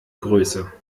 größe